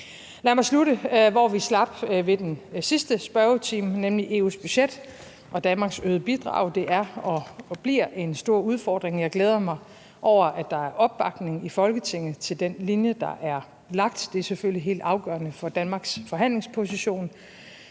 Lad mig slutte, hvor vi slap i den sidste spørgetime, nemlig med EU's budget og Danmarks øgede bidrag. Det er og bliver en stor udfordring. Jeg glæder mig over, at der er opbakning i Folketinget til den linje, der er lagt. Det er selvfølgelig helt afgørende for Danmarks forhandlingsposition.